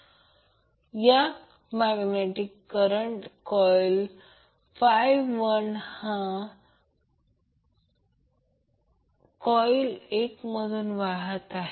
आता magnetic current 1 हा coil 1 मधून येत आहे